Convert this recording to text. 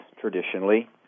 traditionally